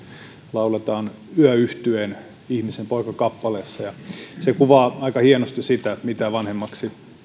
lauletaan yö yhtyeen ihmisen poika kappaleessa ja se kuvaa aika hienosti sitä mitä vanhemmaksi